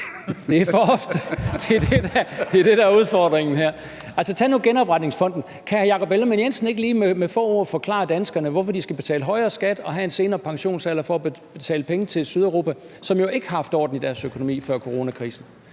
det er for ofte, det er det, der er udfordringen her! Tag nu genopretningsfonden: Kan hr. Jakob Ellemann-Jensen ikke lige med få ord forklare danskerne, hvorfor de skal betale en højere skat og have en senere pensionsalder for at betale penge til Sydeuropa, som jo ikke har haft orden i deres økonomi før coronakrisen,